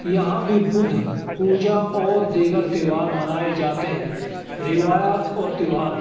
یہاں بھی بدھ پوجا اور دیگر تیوہار منائے جاتے ہیں روایات اور تیوہار